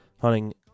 hunting